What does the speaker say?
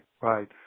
right